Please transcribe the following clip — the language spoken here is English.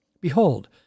Behold